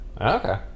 okay